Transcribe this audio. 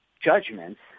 judgments